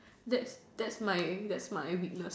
that's that's my that's my weakness